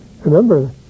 remember